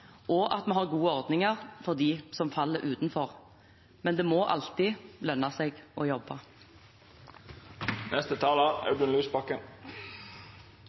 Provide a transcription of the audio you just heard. og at vi har gode ordninger for dem som faller utenfor. Men det må alltid lønne seg å jobbe.